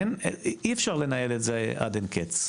אי אפשר לנהל את זה עד אין קץ.